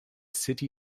city